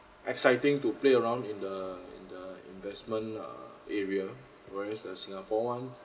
exciting to play around in the in the investment uh area whereas uh singapore one